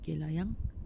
K lah yang